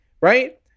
right